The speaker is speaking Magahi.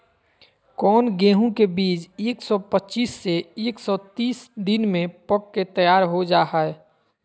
कौन गेंहू के बीज एक सौ पच्चीस से एक सौ तीस दिन में पक के तैयार हो जा हाय?